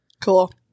Cool